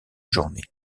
journée